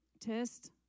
Test